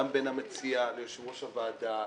גם בין המציע ליושב-ראש הוועדה,